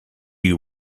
you